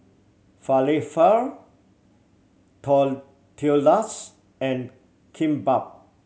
Falafel Tortillas and Kimbap